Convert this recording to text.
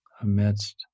amidst